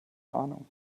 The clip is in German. ahnung